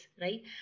right